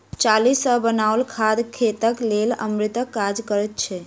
चाली सॅ बनाओल खाद खेतक लेल अमृतक काज करैत छै